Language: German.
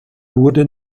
wurde